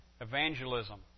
evangelism